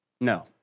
No